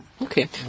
Okay